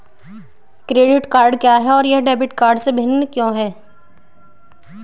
Credit card क्या है और यह डेबिट कार्ड से कैसे भिन्न है?